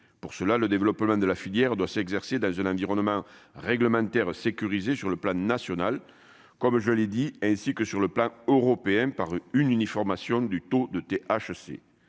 pour cela, le développement de la filière doit s'exercer dans un environnement réglementaire sécurisé sur le plan national, comme je l'ai dit, ainsi que sur le plan européen par une uniformisation du taux de THC,